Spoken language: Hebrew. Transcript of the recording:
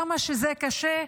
כמה שזה קשה,